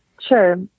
sure